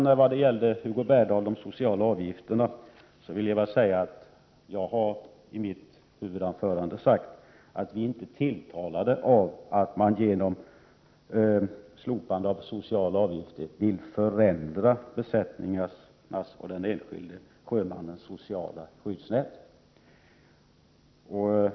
När det gäller de sociala avgifterna, Hugo Bergdahl, vill jag säga att jag redan i mitt huvudanförande klargjorde att vi inte är tilltalade av att man genom slopande av dessa avgifter vill förändra besättningarnas och den enskilde sjömannens sociala skyddsnät.